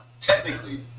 Technically